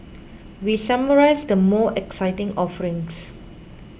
we summarise the more exciting offerings